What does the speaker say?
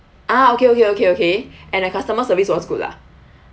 ah okay okay okay okay and the customer service was good lah